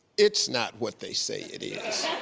it's not what they say it is.